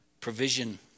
provision